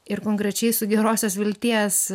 ir konkrečiai su gerosios vilties